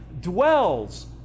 dwells